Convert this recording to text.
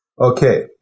Okay